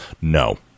no